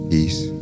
Peace